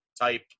type